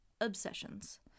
Obsessions